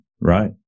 Right